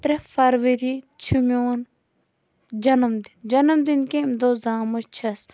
ترٛےٚ فروری چھُ میون جَنَم دِن جَنَم دِن کمہِ دۄہ زامٕژ چھَس